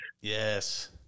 Yes